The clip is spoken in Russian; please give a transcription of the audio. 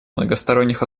многосторонних